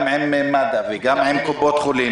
גם אם מד"א ועם קופות החולים